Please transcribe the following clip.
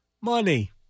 Money